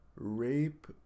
Rape